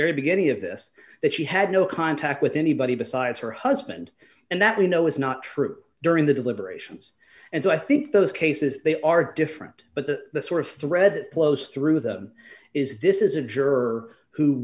very beginning of this that she had no contact with anybody besides her husband and that you know is not true during the deliberations and so i think those cases they are different but the sort of thread close through them is this is a juror who